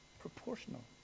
Proportional